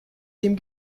dem